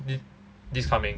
th~ this coming